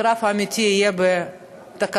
הקרב האמיתי יהיה בתקנות,